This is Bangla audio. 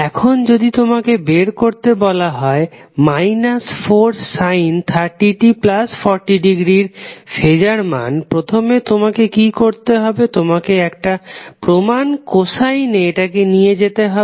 এখন যদি তোমাকে বের করতে বলা হয় 430t40° এর ফেজার মান প্রথমে তোমাকে কি করতে হবে তোমাকে একটা প্রমান কোসাইনে এটাকে নিয়ে যেতে হবে